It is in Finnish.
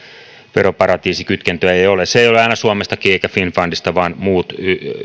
veroparatiisikytkentöjä ei ei ole se ei ole aina kiinni suomesta eikä finnfundista vaan muut